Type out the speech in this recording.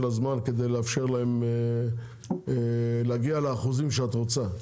הזמן כדי לאפשר להם להגיע לאחוזים שאת רוצה,